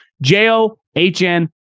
J-O-H-N